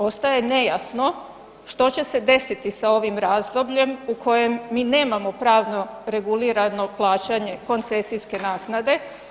Ostaje nejasno što će se desiti sa ovim razdobljem u kojem mi nemamo pravno regulirano plaćanje koncesijske naknade?